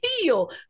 Feel